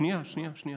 שנייה, שנייה.